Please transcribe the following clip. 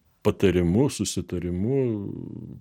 patarimu susitarimu